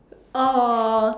uh